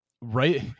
right